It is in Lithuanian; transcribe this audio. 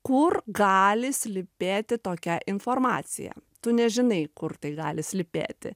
kur gali slypėti tokia informacija tu nežinai kur tai gali slypėti